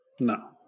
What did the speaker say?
No